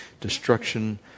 destruction